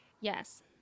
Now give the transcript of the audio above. Yes